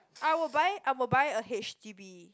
I will buy I will buy a h_d_b